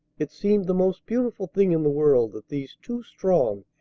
it seemed the most beautiful thing in the world that these two strong,